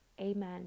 Amen